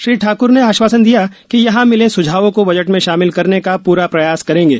श्री ठाकुर ने आश्वासन दिया कि यहां भिले सुझावों को बजट में शामिल करने का पूरा प्रयास करेंगे